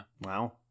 wow